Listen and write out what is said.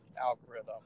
algorithm